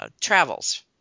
travels